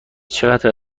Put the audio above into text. چقدر